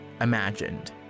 imagined